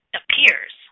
appears